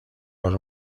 los